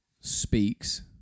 speaks